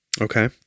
Okay